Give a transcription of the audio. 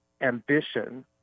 ambition